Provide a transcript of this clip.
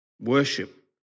Worship